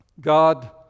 God